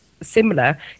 similar